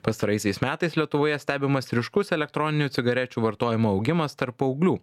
pastaraisiais metais lietuvoje stebimas ryškus elektroninių cigarečių vartojimo augimas tarp paauglių